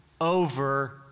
over